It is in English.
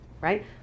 right